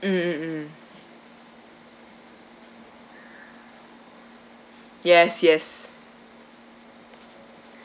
mm mm mm yes yes